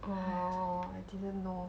orh I didn't know